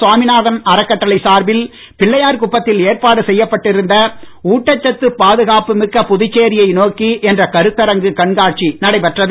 சாமிநாதன் அறக்கட்டறை சார்பில் பிள்ளையார் குப்பத்தில் ஏற்பாடு செய்யப்பட்டிருந்த ஊட்டச்சத்து பாதுகாப்புமிக்க புதுச்சேரியை நோக்கி என்ற கருத்தரங்கு கண்காட்சி நடைபெற்றது